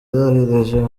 yohereje